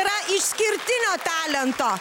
yra išskirtinio talento